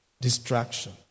distraction